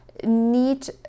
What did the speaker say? need